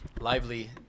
lively